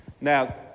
Now